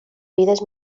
vides